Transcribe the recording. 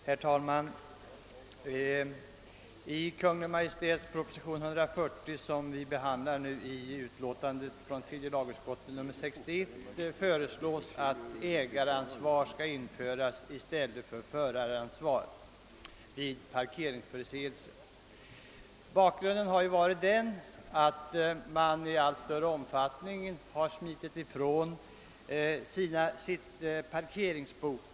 Herr talman! I Kungl. Maj:ts proposition nr 140, som behandlas i tredje lagutskottets utlåtande nr 61, föreslås att ägaransvar skall införas i stället för föraransvar vid parkeringsförseelser. Bakgrunden till förslaget har varit att folk i allt större omfattning smiter ifrån parkeringsböterna.